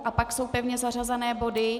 A pak jsou pevně zařazené body.